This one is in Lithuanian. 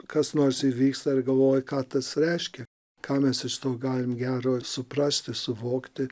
kas nors įvyksta ir galvoji ką tas reiškia ką mes iš to galim geriau suprasti suvokti